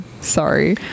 Sorry